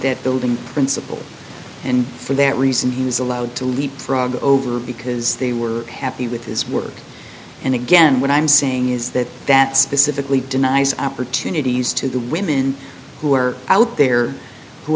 that building principal and for that reason he was allowed to leapfrog over because they were happy with his work and again what i'm saying is that that specifically denies opportunities to the women who are out there who